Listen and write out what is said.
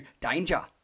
danger